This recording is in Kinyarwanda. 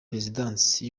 perezidansi